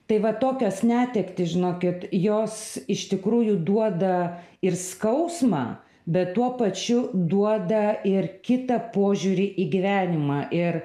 tai va tokios netektys žinokit jos iš tikrųjų duoda ir skausmą bet tuo pačiu duoda ir kitą požiūrį į gyvenimą ir